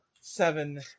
seven